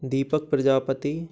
Deepak Prajapati